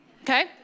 Okay